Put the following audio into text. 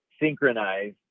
synchronize